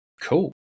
cool